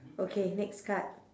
okay next card